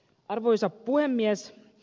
arvoisa puhemies